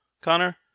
Connor